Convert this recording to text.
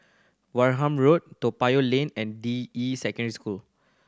Wareham Road Toa Payoh Lane and Deyi Secondary School